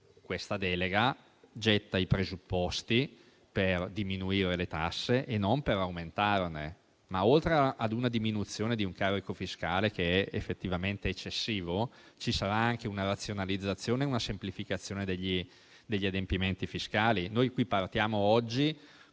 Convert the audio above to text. questa delega getta i presupposti per diminuire le tasse e non per aumentarle. Oltre a una diminuzione di un carico fiscale che è effettivamente eccessivo, ci saranno anche una razionalizzazione e una semplificazione degli adempimenti fiscali: